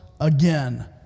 again